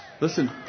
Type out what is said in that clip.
Listen